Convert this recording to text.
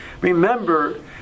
remember